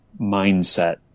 mindset